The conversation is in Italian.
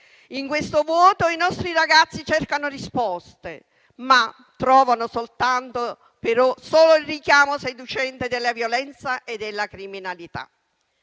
In questo vuoto i nostri ragazzi cercano risposte, ma trovano soltanto il richiamo seducente della violenza e della criminalità.